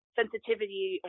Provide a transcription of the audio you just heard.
sensitivity